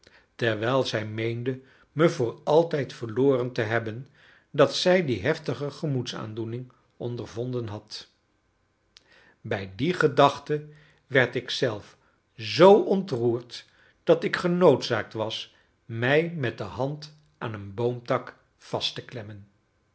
terwijl zij meende me voor altijd verloren te hebben dat zij die heftige gemoedsaandoening ondervonden had bij die gedachte werd ik zelf zoo ontroerd dat ik genoodzaakt was mij met de hand aan een boomtak vast te klemmen